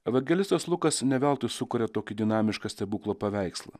evangelistas lukas ne veltui sukuria tokį dinamišką stebuklo paveikslą